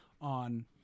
on